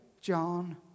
John